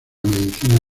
medicina